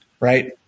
right